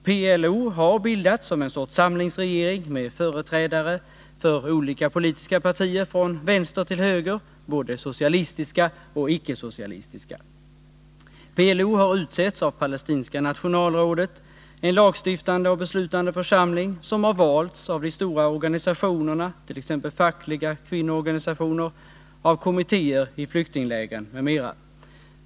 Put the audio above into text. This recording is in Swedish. PLO har bildat en sorts samlingsregering med företrädare för olika politiska partier från vänster till höger, både socialistiska och ickesocialistiska. PLO har utsetts av Palestinska nationalrådet, en lagstiftande och beslutande församling som har valts av de stora organisationerna, t.ex. fackliga organisationer och kvinnoorganisationer, av kommittéer i flyktinglägren m.m.